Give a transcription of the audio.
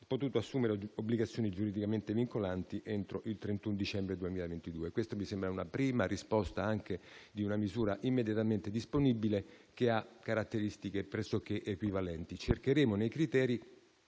potuto assumere obbligazioni giuridicamente vincolanti entro il 31 dicembre 2022. Questa mi sembra una prima risposta, con una misura immediatamente disponibile che ha caratteristiche pressoché equivalenti. Cercheremo nei criteri